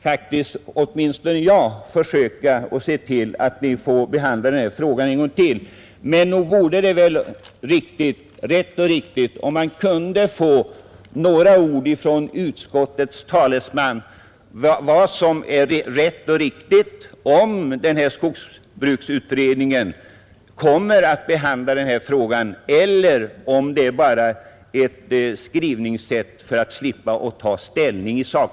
Åtminstone skall jag försöka se till att vi får tillfälle att behandla den en gång till. Nog vore det väl rimligt att utskottets talesman talade om för oss om skogsbruksutredningen kommer att behandla denna fråga eller om utskottet med sin skrivning bara har velat slippa att ta ställning i sak.